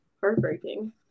heartbreaking